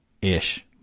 ish